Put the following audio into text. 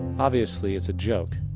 obviously it's a joke.